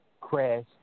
crash